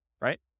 right